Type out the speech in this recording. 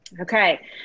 Okay